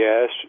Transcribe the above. yes